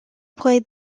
played